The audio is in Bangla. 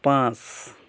পাঁচ